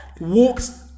walks